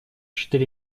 четыре